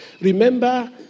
Remember